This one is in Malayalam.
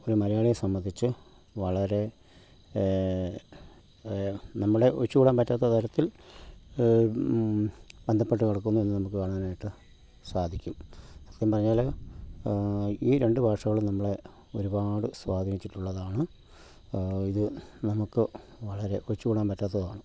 ഒരു മലയാളിയെ സംബന്ധിച്ച് വളരെ നമ്മുടെ ഒഴിച്ചു കൂടാന് പറ്റാത്ത തരത്തില് ബന്ധപ്പെട്ടു കിടക്കുന്നു എന്ന് ന്നമുക്ക് കാണാനായിട്ട് സാധിക്കും സത്യം പറഞ്ഞാല് ഈ രണ്ടു ഭാഷകളും നമ്മളെ ഒരുപാട് സ്വാധീനിച്ചിട്ടുള്ളതാണ് ഇത് നമുക്ക് വളരെ ഒഴിച്ചു കൂടാന് പറ്റാത്തതാണ്